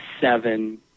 seven